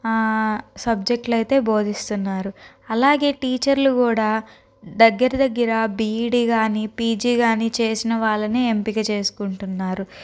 సబ్జెక్ట్లైతే బోధిస్తున్నారు అలాగే టీచర్లు కూడా దగ్గర దగ్గర బిఈడి గానీ పీజీ గానీ చేసిన వాళ్ళని ఎంపిక చేసుకుంటున్నారు